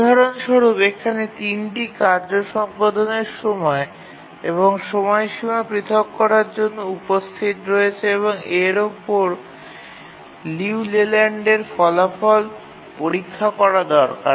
উদাহরণস্বরূপ এখানে ৩ টি কার্য সম্পাদনের সময় এবং সময়সীমা পৃথক থাকার জন্য উপস্থিত রয়েছে এবং এর উপর লিউ লেল্যান্ডের ফলাফল পরীক্ষা করা দরকার